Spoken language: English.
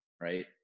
Right